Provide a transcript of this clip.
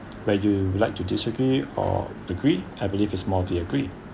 where you'll like to disagree or agree I believe is more we agree